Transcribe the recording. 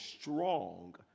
strong